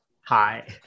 Hi